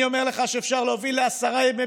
אני אומר לך שאפשר להוביל לעשרה ימי